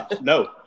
No